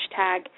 hashtag